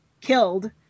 killed